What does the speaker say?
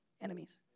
enemies